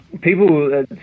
people